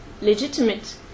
legitimate